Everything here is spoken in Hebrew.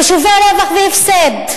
חישובי רווח והפסד,